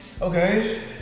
Okay